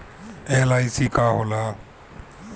LIC का होला?